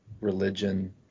religion